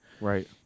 Right